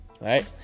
Right